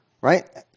Right